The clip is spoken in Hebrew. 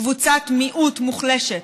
קבוצת מיעוט מוחלשת,